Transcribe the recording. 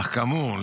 אך כאמור,